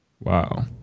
Wow